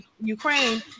Ukraine